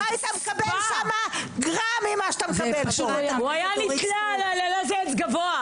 איזו חוצפה לבוא להגיד לנו לא לחגוג את יום העצמאות.